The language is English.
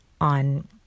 on